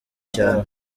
cyane